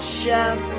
chef